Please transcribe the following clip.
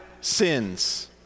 sins